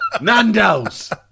Nando's